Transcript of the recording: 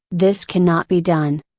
this cannot be done.